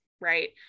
right